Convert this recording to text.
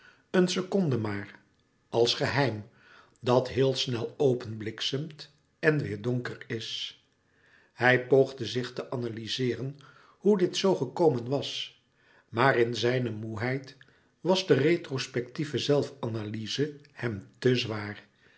een seconde maar als geheim dat heel snel openbliksemt en weêr donker is hij poogde zich te analyzeeren hoe dit zoo gekomen was maar in zijne moêheid was de retrospectieve zelf analyze hem te zwaar